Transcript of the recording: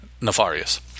nefarious